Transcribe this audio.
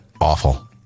awful